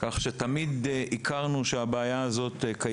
תמיד הכרנו בקיומה של הבעיה הזאת.